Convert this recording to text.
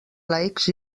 laics